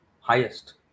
Highest